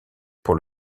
pour